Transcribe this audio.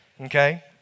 Okay